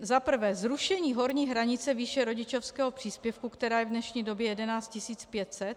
Za prvé zrušení horní hranice výše rodičovského příspěvku, která je v dnešní době 11 500.